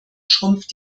schrumpft